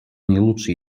наилучшие